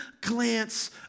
glance